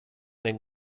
den